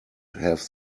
have